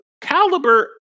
caliber